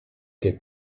que